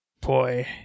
Boy